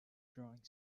drawing